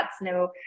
no